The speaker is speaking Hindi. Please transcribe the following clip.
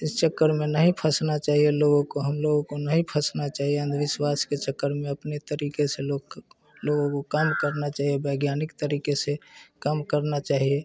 इस चक्कर में नहीं फंसना चाहिए लोगों को हम लोगों को नहीं फंसना चाहिए अंधविश्वास के चक्कर में अपने तरीक़े से लोग लोगों को काम करना चाहिए वैज्ञानिक तरीक़े से काम करना चाहिए